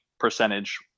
Percentage